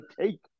take